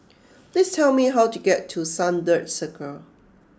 please tell me how to get to Sunbird Circle